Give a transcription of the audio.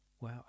Wow